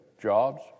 jobs